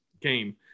game